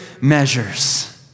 measures